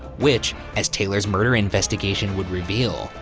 which as taylor's murder investigation would reveal,